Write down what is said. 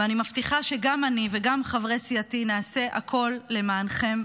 ואני מבטיחה שגם אני וגם חברי סיעתי נעשה הכול למענכם,